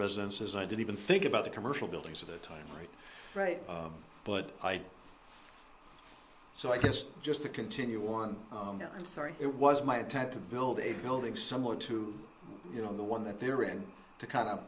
residences i didn't even think about the commercial buildings at that time right right but i so i guess just to continue one i'm sorry it was my attempt to build a building somewhere to you know the one that they're going to kind of